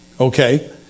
okay